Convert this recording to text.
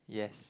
yes